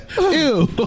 Ew